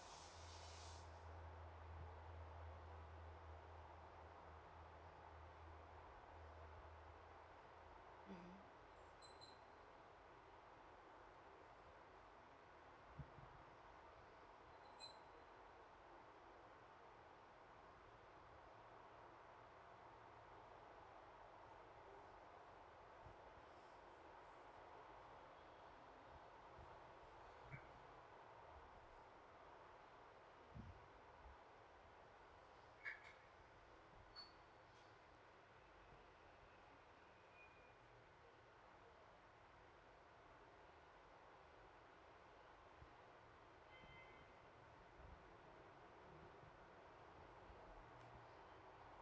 mmhmm